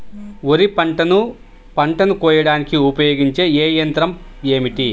వరిపంటను పంటను కోయడానికి ఉపయోగించే ఏ యంత్రం ఏమిటి?